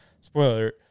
Spoiler